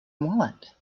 wallet